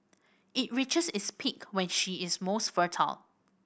it reaches its peak when she is most fertile